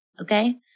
Okay